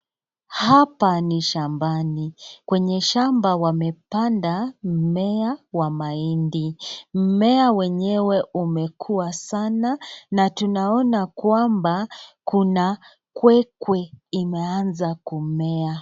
Hapa ni shambani, wenye shamba wamepanda mmea wa mahindi, mmea wenyewe umekuwa sana na tunaona kwamba kuna kwekwe imeamza Kumea.